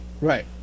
Right